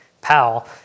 pal